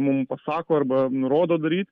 mum pasako arba nurodo daryt